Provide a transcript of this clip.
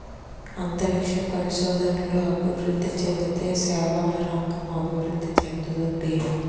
అంతరిక్ష పరిశోధనలు అభివృద్ధి చెందితే సేవల రంగం అభివృద్ధి చెందుతుంది